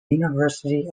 university